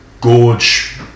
gorge